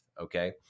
Okay